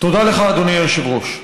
תודה לך, אדוני היושב-ראש.